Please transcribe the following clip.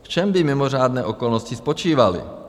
V čem by mimořádné okolnosti spočívaly?